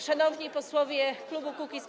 Szanowni Posłowie Klubu Kukiz’15!